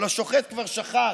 אבל השוחט כבר שחט,